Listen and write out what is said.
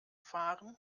fahren